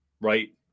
right